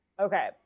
okay